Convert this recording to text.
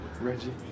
Reggie